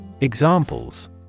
Examples